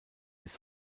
ist